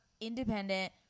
independent